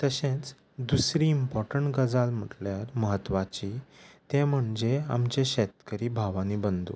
तशेंच दुसरी इंपॉटण गजाल म्हटल्यार म्हत्वाची तें म्हणजे आमचे शेतकरी भाव आनी बंदू